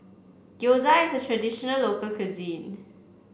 Gyoza is a traditional local cuisine